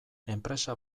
enpresa